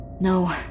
No